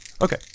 Okay